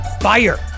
Fire